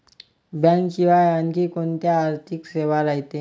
बँकेशिवाय आनखी कोंत्या आर्थिक सेवा रायते?